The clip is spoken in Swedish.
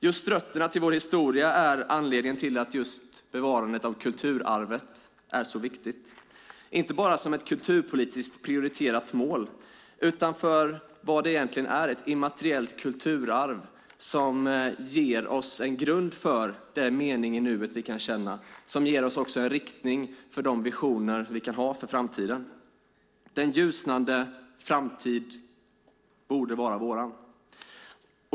Just rötterna till vår historia är anledningen till att bevarandet av kulturarvet är så viktigt, inte bara som ett kulturpolitiskt prioriterat mål, utan för vad det egentligen är: ett immateriellt kulturarv som ger oss en grund för den mening i nuet vi kan känna och som också ger oss en riktning för de visioner som vi kan ha för framtiden. Den ljusnande framtid borde vara vår.